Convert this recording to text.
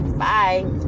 Bye